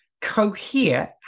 Cohere